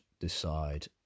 decide